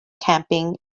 camping